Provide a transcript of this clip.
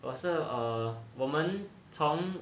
我是 err 我们从